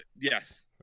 yes